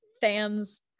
fans